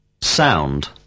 Sound